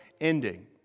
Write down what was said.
Ending